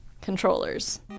Controllers